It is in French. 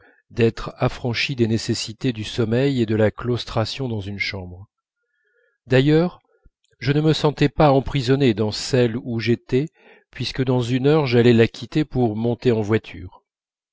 d'être affranchi des nécessités du sommeil et de la claustration dans une chambre d'ailleurs je ne me sentais pas emprisonné dans celle où j'étais puisque dans une heure j'allais la quitter pour monter en voiture